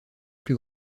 plus